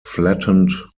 flattened